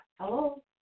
Hello